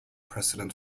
president